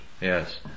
Yes